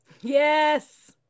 Yes